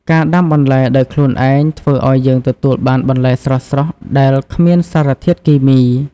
ការដាំបន្លែដោយខ្លួនឯងធ្វើឱ្យយើងទទួលបានបន្លែស្រស់ៗដែលគ្មានសារធាតុគីមី។